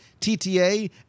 TTA